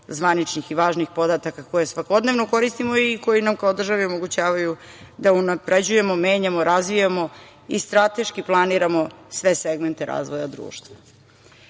i važnih podataka, koje svakodnevno koristimo i koji nam kao državi omogućavaju da unapređujemo, menjamo, razvijamo i strateški planiramo sve segmente razvoja društva.Međutim,